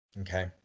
Okay